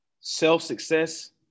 self-success